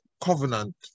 covenant